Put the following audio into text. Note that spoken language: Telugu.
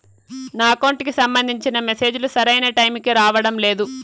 నా అకౌంట్ కి సంబంధించిన మెసేజ్ లు సరైన టైముకి రావడం లేదు